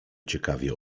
ciekawie